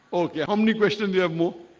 oh yeah how many questions you have more?